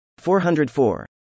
404